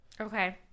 okay